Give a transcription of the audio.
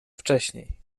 wcześniej